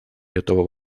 этого